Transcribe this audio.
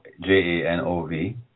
J-A-N-O-V